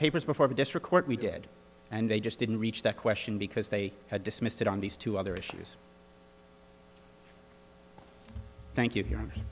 papers before the district court we did and they just didn't reach that question because they had dismissed it on these two other issues thank you